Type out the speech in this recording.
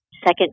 second